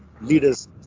leaders